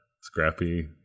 scrappy